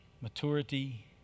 maturity